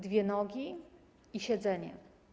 Dwie nogi i siedzenie/